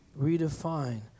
redefine